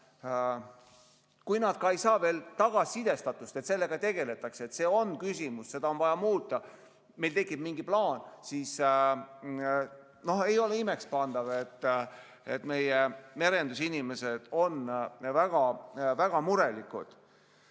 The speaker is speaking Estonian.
kui ei saa veel tagasisidet, et sellega tegeldakse, et see on küsimus, et seda on vaja muuta, et meil tekib mingi plaan – siis ei ole imekspandav, et meie merendusinimesed on väga-väga murelikud.